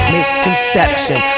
Misconception